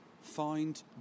find